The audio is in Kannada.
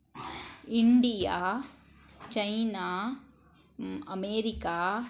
India China America